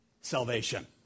Salvation